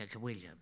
William